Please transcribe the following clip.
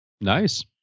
Nice